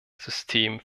system